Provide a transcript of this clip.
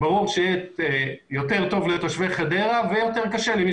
ברור שיהיה יותר טוב לתושבי חדרה ויהיה יותר קשה למי